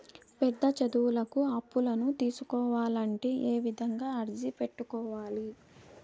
పెద్ద చదువులకు అప్పులను తీసుకోవాలంటే ఏ విధంగా అర్జీ పెట్టుకోవాలి?